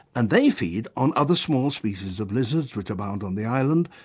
and they feed on other small species of lizards which abound on the island,